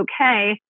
okay